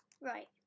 right